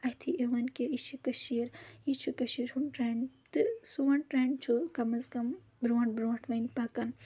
اَتھی یِوَان کہِ یہِ چھِ کٔشیٖر یہِ چھُ کٔشیٖر ہُنٛد ٹرٛؠنٛڈ تہٕ سون ٹرینڈ چھُ کَم از کَم برونٛٹھ برونٛٹھ وۄنۍ پَکَان